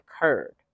occurred